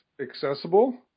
accessible